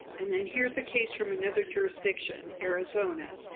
and then here's a case from another jurisdiction, arizona.